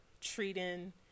treating